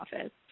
office